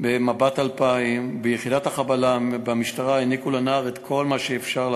ב"מב"ת 2000". ביחידת החבלה במשטרה העניקו לנער את כל מה שאפשר,